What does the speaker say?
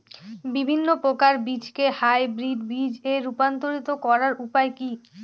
বিভিন্ন প্রকার বীজকে হাইব্রিড বীজ এ রূপান্তরিত করার উপায় কি?